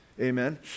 Amen